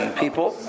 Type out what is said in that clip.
people